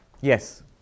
Yes